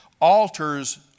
Altars